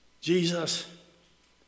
Jesus